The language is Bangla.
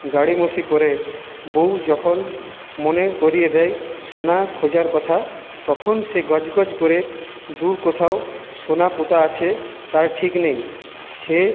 গাড়িমসি করে বউ যখন মনে করিয়ে দেয় সোনা খোঁজার কথা তখন সে গজগজ করে দূর কোথাও সোনা পোঁতা আছে তার ঠিক নেই সে